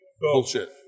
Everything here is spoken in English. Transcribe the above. Bullshit